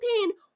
campaign